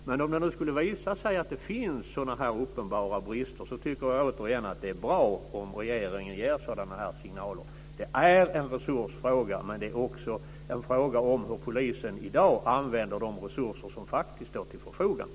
Men om det skulle visa sig att det finns sådana här uppenbara brister tycker jag återigen att det är bra om regeringen ger signaler. Detta är en resursfråga, men det är också en fråga om hur polisen i dag använder de resurser som faktiskt står till förfogande.